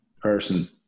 person